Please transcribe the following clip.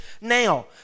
now